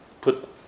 put